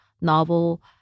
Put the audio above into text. novel